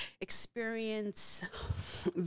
experience